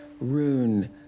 Rune